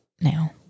now